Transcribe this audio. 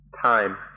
time